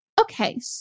okay